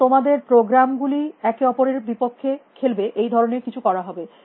এবং তোমাদের প্রোগ্রাম গুলি একে অপরের বিপক্ষে খেলবে এই ধরনের কিছু করা হবে